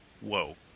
whoa